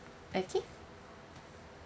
okay